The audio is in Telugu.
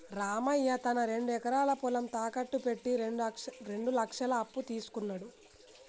రామయ్య తన రెండు ఎకరాల పొలం తాకట్టు పెట్టి రెండు లక్షల అప్పు తీసుకున్నడు